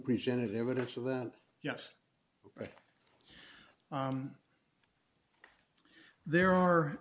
presented evidence of that yes there are